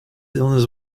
illness